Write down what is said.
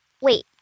Wait